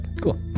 Cool